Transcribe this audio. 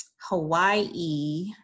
Hawaii